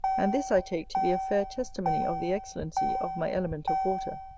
and this i take to be a fair testimony of the excellency of my element of water.